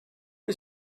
his